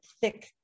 thick